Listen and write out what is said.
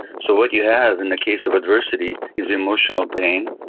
so what you have in the case of adversity is emotional pain,